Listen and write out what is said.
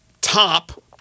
top